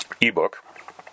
ebook